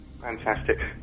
Fantastic